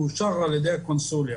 מאושר על ידי הקונסוליה.